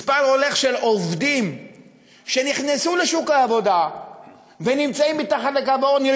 מספר הולך וגדל של עובדים שנכנסו לשוק העבודה נמצאים מתחת לקו העוני.